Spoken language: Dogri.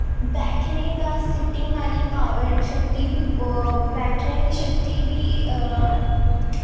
बैठने दा सिटिंग आह्ली पॉवर शक्ति बी बैठनें दी शक्ति बी